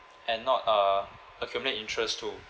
and not uh accumulate interest too